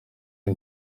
iyi